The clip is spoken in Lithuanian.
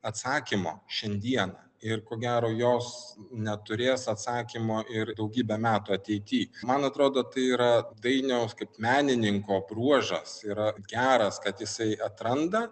atsakymo šiandieną ir ko gero jos neturės atsakymo ir daugybę metų ateity man atrodo tai yra dainiaus kaip menininko bruožas yra geras kad jisai atranda